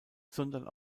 sondern